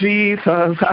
Jesus